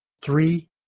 Three